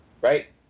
right